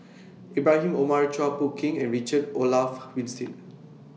Ibrahim Omar Chua Phung Kim and Richard Olaf Winstedt